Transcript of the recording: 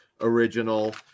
original